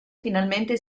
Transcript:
finalmente